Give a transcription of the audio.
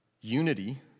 unity